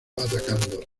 atacando